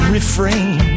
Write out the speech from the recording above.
refrain